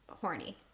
horny